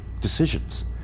decisions